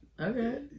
okay